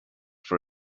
for